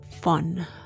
fun